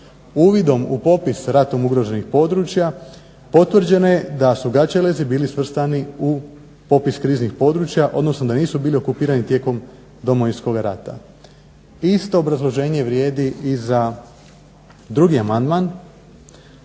Uvidom u popis ratom ugroženih područja potvrđeno je da su Gaćelezi bili svrstani u popis kriznih područja, odnosno da nisu bili okupirani tijekom Domovinskog rata. Isto obrazloženje vrijedi i za drugi amandman